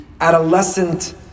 adolescent